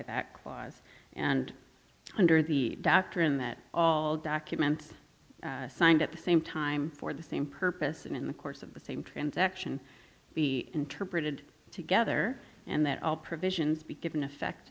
that clause and under the doctrine that all document signed at the same time for the same purpose and in the course of the same transaction be interpreted together and that all provisions be given effect